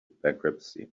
bankruptcy